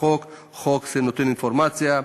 חוק זה נותן אינפורמציה,